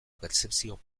pertzepzio